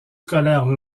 scolaire